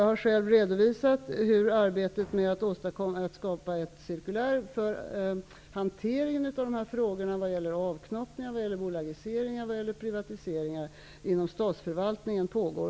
Jag har själv redovisat hur arbetet med att skapa ett formulär för hantering av frågorna vad gäller avknoppning, samt bolagisering och privatisering inom statsförvaltningen, pågår.